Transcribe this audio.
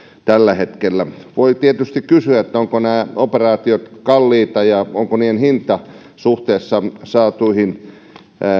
tällä hetkellä voi tietysti kysyä ovatko nämä operaatiot kalliita ja onko niiden hinta suhteessa saatuihin